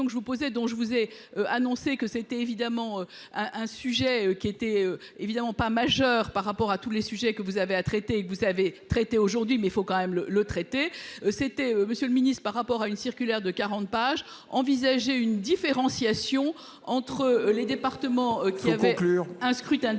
dont je vous ai annoncé que c'était évidemment un, un sujet qui était évidemment pas majeur par rapport à tous les sujets que vous avez à traiter, et vous avez traité aujourd'hui mais il faut quand même le le traité, c'était Monsieur le Ministre, par rapport à une circulaire de 40 pages envisager une différenciation entre les départements qui avaient conclure un scrutin de liste